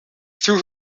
threw